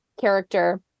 character